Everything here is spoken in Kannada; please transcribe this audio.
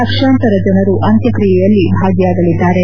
ಲಕ್ಷಾಂತರ ಜನರು ಅಂತ್ಯಕ್ರಿಯೆಯಲ್ಲಿ ಭಾಗಿಯಾಗಲಿದ್ಲಾರೆ